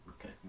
okay